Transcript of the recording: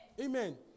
Amen